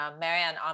Marianne